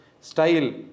style